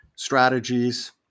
strategies